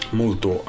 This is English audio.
molto